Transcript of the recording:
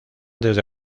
desde